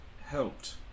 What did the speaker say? helped